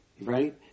right